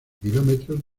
kilómetros